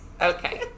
Okay